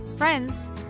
friends